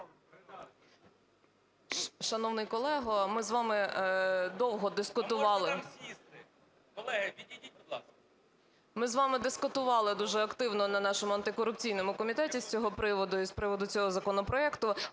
Шановний колего, ми з вами довго дискутували… Ми з вами дискутували дуже активно на нашому антикорупційному комітеті з цього приводу і з приводу цього законопроекту.